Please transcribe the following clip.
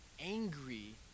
angry